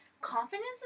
confidence